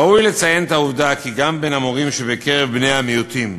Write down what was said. ראוי לציין את העובדה שגם בין המורים שבקרב בני-המיעוטים,